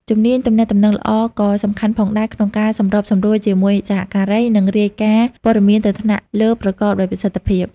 ជំនាញទំនាក់ទំនងល្អក៏សំខាន់ផងដែរក្នុងការសម្របសម្រួលជាមួយសហការី និងរាយការណ៍ព័ត៌មានទៅថ្នាក់លើប្រកបដោយប្រសិទ្ធភាព។